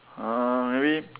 uh maybe